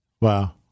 Wow